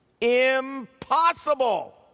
Impossible